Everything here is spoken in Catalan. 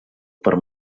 per